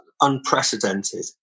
unprecedented